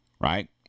Right